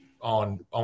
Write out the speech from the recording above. on